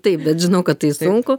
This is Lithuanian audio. taip bet žinau kad tai sunku